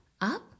up